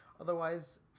Otherwise